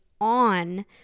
on